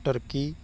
turkey